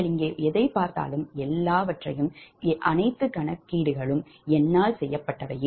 நீங்கள் இங்கே எதைப் பார்த்தாலும் எல்லா கணக்கீடுகளும் என்னால் செய்யப்பட்டுள்ளன